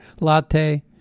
latte